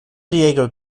diego